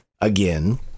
again